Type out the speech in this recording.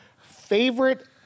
Favorite